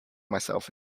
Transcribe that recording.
myself